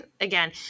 again